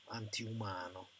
antiumano